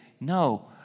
No